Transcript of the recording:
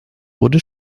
wurde